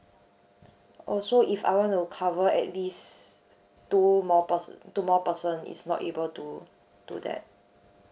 oh so if I want to cover at least two more pers~ two more person it's not able to do that